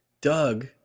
Doug